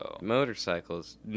Motorcycles